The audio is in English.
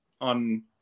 on